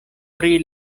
pri